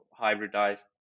hybridized